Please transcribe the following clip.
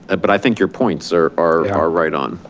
but i think your points are are are right on.